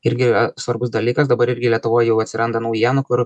irgi yra svarbus dalykas dabar irgi lietuvoj jau atsiranda naujienų kur